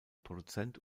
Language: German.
produzent